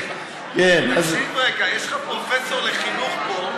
תקשיב רגע, יש לך פרופסור לחינוך פה.